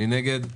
מי נגד?